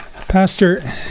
Pastor